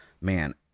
man